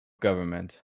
government